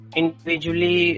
individually